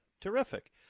Terrific